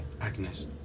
Agnes